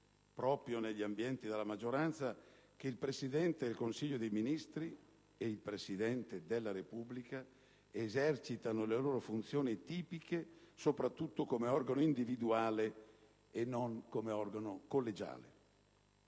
proprio negli ambienti della maggioranza - che «il Presidente del Consiglio dei ministri ed il Presidente della Repubblica esercitano le loro funzioni tipiche soprattutto come organo individuale e non come organo collegiale».